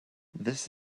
this